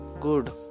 good